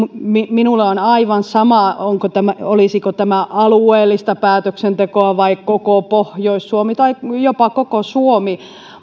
minulle on aivan sama olisiko tämä olisiko tämä alueellista päätöksentekoa vai koko pohjois suomi tai jopa koko suomi